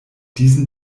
diesen